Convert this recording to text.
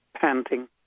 panting